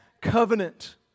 covenant